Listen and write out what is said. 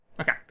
Okay